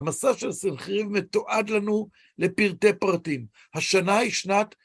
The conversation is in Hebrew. המסע של סלחירים מתועד לנו לפרטי פרטים. השנה היא שנת...